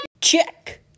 Check